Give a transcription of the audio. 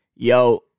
Yo